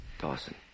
Dawson